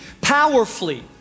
powerfully